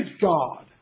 God